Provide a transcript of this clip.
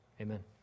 amen